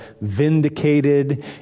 vindicated